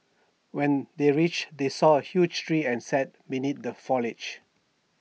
when they reached they saw A huge tree and sat beneath the foliage